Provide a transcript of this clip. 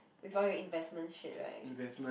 with all your investment shit [right]